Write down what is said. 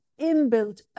inbuilt